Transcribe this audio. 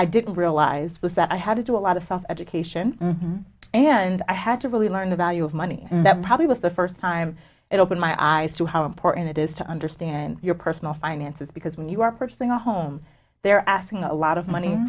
i didn't realize was that i had to do a lot of self education and i had to really learn the value of money and that probably was the first time it opened my eyes to how important it is to understand your personal finances because when you are purchasing a home they're asking a lot of money